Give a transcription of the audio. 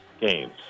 games